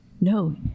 no